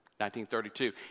1932